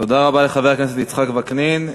תודה רבה לחבר הכנסת יצחק וקנין.